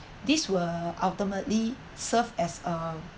this will ultimately served as a